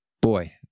Boy